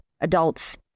adults